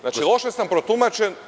Znači, loše sam protumačen.